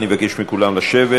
אני מבקש מכולם לשבת.